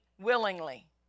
willingly